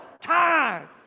time